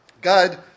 God